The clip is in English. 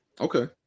okay